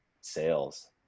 sales